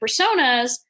personas